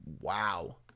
wow